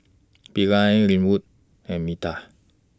Bilal Linwood and Metta